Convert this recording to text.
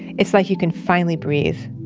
it's like you can finally breathe.